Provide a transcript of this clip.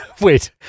Wait